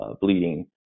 bleeding